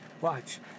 Watch